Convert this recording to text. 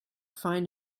find